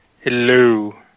Hello